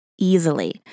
easily